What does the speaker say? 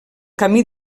camí